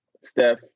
Steph